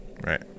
Right